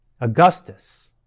Augustus